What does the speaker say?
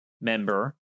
member